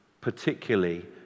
particularly